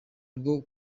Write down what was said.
rwo